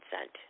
sent